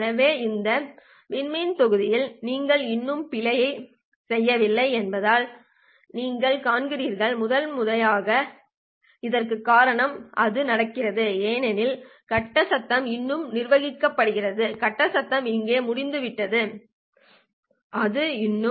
ஆகவே இந்த விண்மீன் தொகுப்பில் நீங்கள் இன்னும் பிழையைச் செய்யவில்லை என்பதை நீங்கள் காண்கிறீர்கள் முதன்மையாக இதற்குக் காரணம் அது நடக்கிறது ஏனெனில் கட்ட சத்தம் இன்னும் நிர்வகிக்கப்படுகிறது கட்ட சத்தம் இங்கே முடிந்துவிட்டது அது இன்னும் நிர்வகிக்கப்படுகிறது ஏனெனில் அது இங்கே ஒரு பகுதியை மட்டுமே உள்ளடக்கியது